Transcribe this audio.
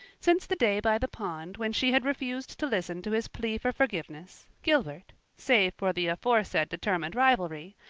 since the day by the pond when she had refused to listen to his plea for forgiveness, gilbert, save for the aforesaid determined rivalry,